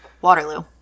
Waterloo